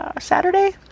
Saturday